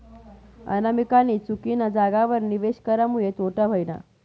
अनामिकानी चुकीना जागावर निवेश करामुये तोटा व्हयना